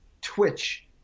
twitch